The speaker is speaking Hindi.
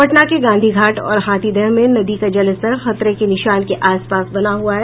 पटना के गांधीघाट और हाथीदह में नदी का जलस्तर खतरे के निशान के आसपास बना हुआ है